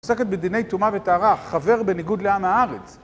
עוסקת בדיני תומה ותהרה, חבר בניגוד לעם הארץ.